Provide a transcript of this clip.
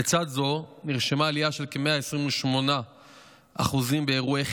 לצד זה נרשמה עלייה של כ-128% באירועי חילול,